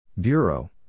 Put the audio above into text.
Bureau